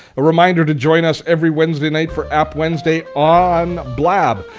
a reminder to join us every wednesday night for app wednesday on blab.